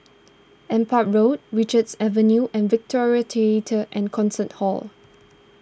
an part Road Richards Avenue and Victoria theatre and Concert Hall